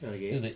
ah okay